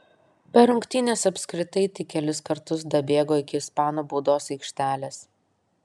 per rungtynes apskritai tik kelis kartus dabėgo iki ispanų baudos aikštelės